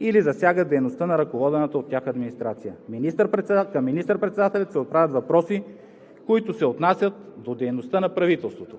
или засягат дейността на ръководената от тях администрация. Към министър-председателя се отправят въпроси, които се отнасят до дейността на правителството.“